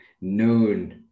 known